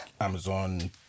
Amazon